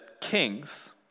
kings